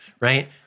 right